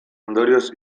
ondorioz